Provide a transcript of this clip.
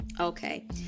okay